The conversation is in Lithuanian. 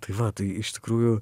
tai va tai iš tikrųjų